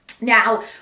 Now